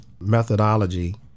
methodology